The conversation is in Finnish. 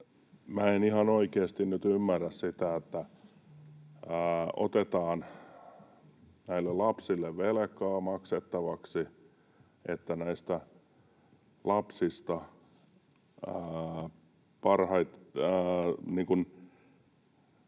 en ihan oikeasti nyt ymmärrä sitä, että otetaan näille lapsille velkaa maksettavaksi, että näistä lapsista